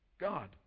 God